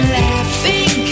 laughing